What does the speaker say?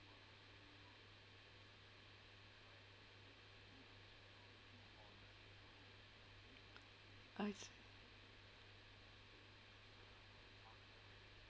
I see